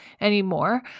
anymore